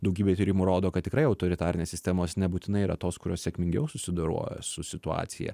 daugybė tyrimų rodo kad tikrai autoritarinės sistemos nebūtinai yra tos kurios sėkmingiau susidorojo su situacija